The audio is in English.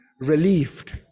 relieved